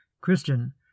Christian